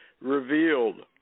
Revealed